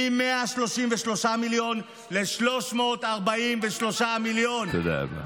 מ-133 מיליון ל-343 מיליון, תודה רבה.